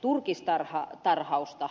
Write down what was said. turkistarhaajia